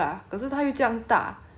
then 那个 otter 有这样凶